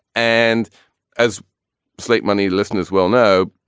and as slate many listeners will know,